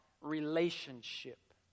relationship